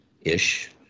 ish